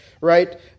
Right